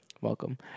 Welcome